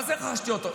מה זה רכשתי אוטו?